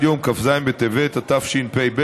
עד יום כ"ז בטבת התשפ"ב,